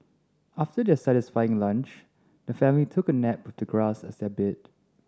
after their satisfying lunch the family took a nap with the grass as their bed